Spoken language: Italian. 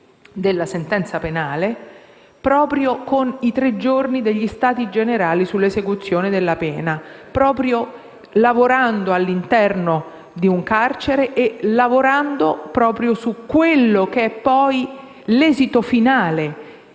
della sentenza penale con i tre giorni degli Stati generali dell'esecuzione penale, lavorando all'interno di un carcere e lavorando proprio su quello che è poi l'esito finale